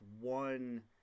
one